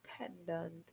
dependent